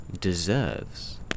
deserves